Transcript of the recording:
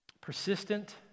Persistent